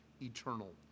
eternal